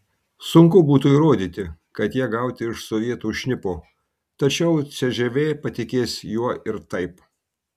sunku būtų įrodyti kad jie gauti iš sovietų šnipo tačiau cžv patikės juo ir taip